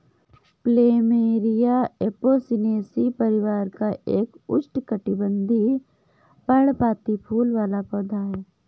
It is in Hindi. प्लमेरिया एपोसिनेसी परिवार का एक उष्णकटिबंधीय, पर्णपाती फूल वाला पौधा है